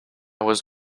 was